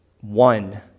one